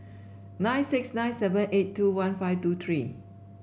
nine six nine seven eight two one five two three